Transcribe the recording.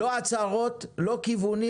לא הצהרות, לא כיוונים.